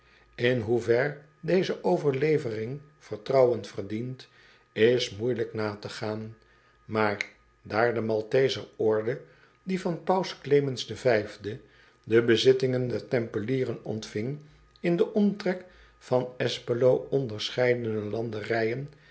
n hoever deze overlevering vertrouwen verdient is moeijelijk na te gaan maar daar de althezer orde die van aus lemens de bezittingen der empelieren ontving in den omtrek van spelo onderscheidene landerijen